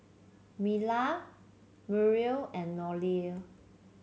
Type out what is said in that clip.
Mila Muriel and Nolie